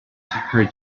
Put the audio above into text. her